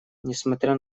несмотря